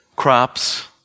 Crops